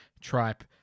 tripe